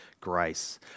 grace